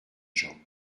gens